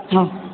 હા